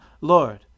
Lord